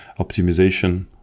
optimization